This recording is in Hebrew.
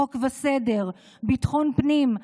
חוק וסדר וביטחון הפנים,